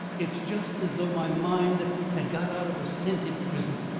it's just as though my mind had got out of a scented prison.